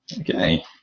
Okay